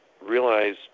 realize